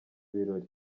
birori